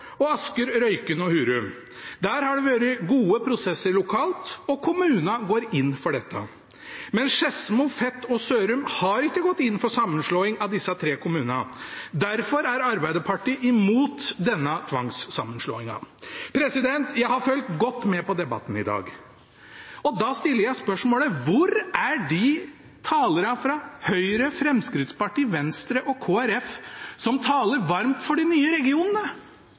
og Asker, Røyken og Hurum. Der har det vært gode prosesser lokalt, og kommunene går inn for dette. Men Skedsmo, Fet og Sørum har ikke gått inn for sammenslåing av disse tre kommunene. Derfor er Arbeiderpartiet imot denne tvangssammenslåingen. Jeg har fulgt godt med på debatten i dag. Da stiller jeg spørsmålet: Hvor er de talerne fra Høyre, Fremskrittspartiet, Venstre og Kristelig Folkeparti som taler varmt for de nye regionene?